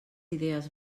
idees